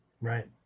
right